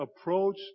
approach